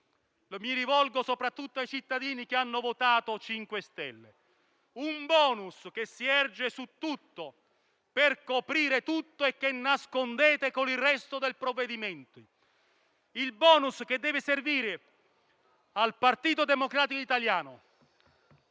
Mi rivolgo soprattutto ai cittadini che hanno votato per i 5 stelle: si tratta di un *bonus* che si erge su tutto per coprire tutto e che nascondete con il resto del provvedimento. Mi riferisco al *bonus* che deve servire al Partito Democratico italiano